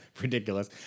Ridiculous